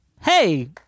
Hey